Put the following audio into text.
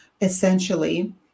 essentially